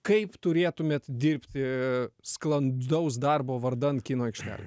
kaip turėtumėt dirbti sklandaus darbo vardan kino aikštelėj